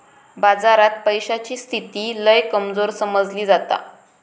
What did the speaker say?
बाजारात पैशाची स्थिती लय कमजोर समजली जाता